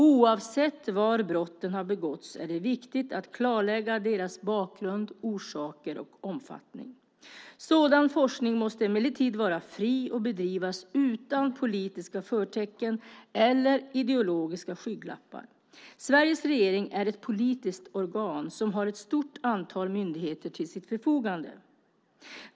Oavsett var brotten har begåtts är det viktigt att klarlägga deras bakgrund, orsaker och omfattning. Sådan forskning måste emellertid vara fri och bedrivas utan politiska förtecken eller ideologiska skygglappar. Sveriges regering är ett politiskt organ som har ett stort antal myndigheter till sitt förfogande.